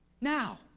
now